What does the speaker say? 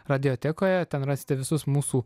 radiotekoje ten rasite visus mūsų